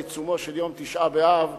בעיצומו של יום תשעה באב,